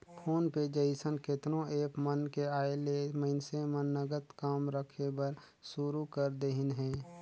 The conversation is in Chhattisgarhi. फोन पे जइसन केतनो ऐप मन के आयले मइनसे मन नगद कम रखे बर सुरू कर देहिन हे